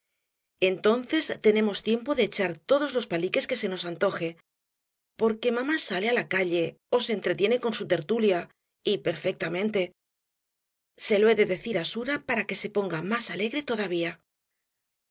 entonces tenemos tiempo de echar todos los paliques que se nos antoje porque mamá sale á la calle ó se entretiene con su tertulia y perfectamente se lo he de decir á sura para que se ponga más alegre todavía